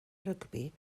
rygbi